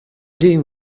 doing